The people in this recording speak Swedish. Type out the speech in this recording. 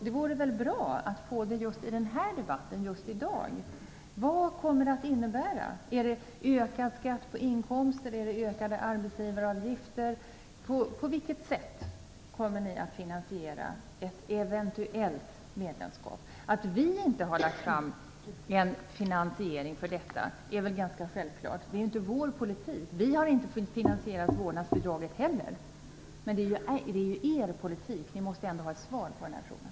Det vore väl bra att få besked i den här debatten, just i dag! Vad kommer det att innebära? Är det ökad skatt på inkomster? Är det ökade arbetsgivaravgifter? På vilket sätt kommer ni att finansiera ett eventuellt medlemskap? Att vi inte har lagt fram en finansiering är väl ganska självklart. Det är ju inte vår politik. Vi har inte finansierat vårdnadsbidraget heller. Det är ju er politik. Ni måste ändå ha ett svar på den frågan.